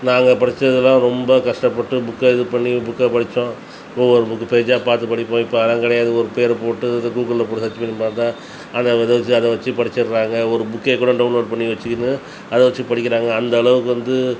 நாங்கள் படிச்சதுலாம் ரொம்ப கஷ்டப்பட்டு புக்கை இது பண்ணி புக்கை படித்தோம் ஒவ்வொரு புக் பேஜா பார்த்து படிப்போம் இப்போ அதெலாம் கிடையாது ஒரு பேர போட்டு இது கூகுளில் போட்டு சர்ச் பண்ணி பார்த்தா அதை அதை வச்சி அதை வச்சு படிச்சுறாங்க ஒரு புக்கே கூடம் டவுன்லோட் பண்ணி வச்சுக்கின்னு அதை வச்சு படிக்கிறாங்க அந்தளவுக்கு வந்து